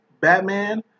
Batman